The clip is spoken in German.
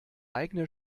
eigene